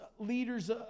leaders